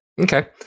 Okay